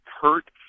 hurt